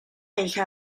hija